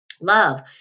love